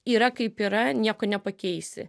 yra kaip yra nieko nepakeisi